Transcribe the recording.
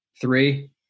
three